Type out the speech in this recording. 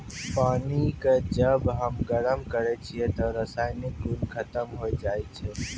पानी क जब हम गरम करै छियै त रासायनिक गुन खत्म होय जाय छै